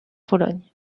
pologne